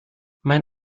mein